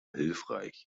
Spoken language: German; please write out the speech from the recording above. hilfreich